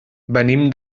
venim